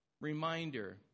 reminder